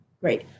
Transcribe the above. Great